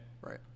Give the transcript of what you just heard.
right